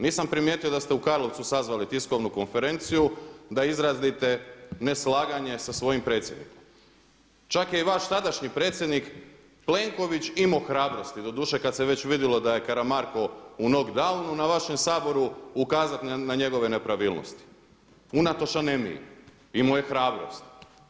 Nisam primijetio da ste u Karlovcu sazvali tiskovnu konferenciju da izrazite neslaganje sa svojim predsjednikom, čak je i vaš tadašnji predsjednik Plenković imao hrabrosti doduše kad se već vidjelo da je Karamarko u knock downu na vašem Saboru ukazati na njegove nepravilnosti unatoč anemiji, imao je hrabrosti.